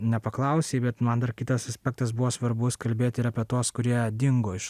nepaklausei bet man dar kitas aspektas buvo svarbus kalbėt ir apie tuos kurie dingo iš